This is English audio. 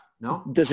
no